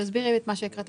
תסבירי את זה בבקשה.